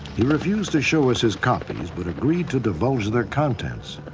he refused to show us his copies but agreed to divulge their contents.